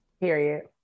Period